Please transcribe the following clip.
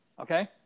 Okay